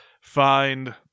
find